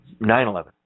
9-11